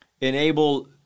enable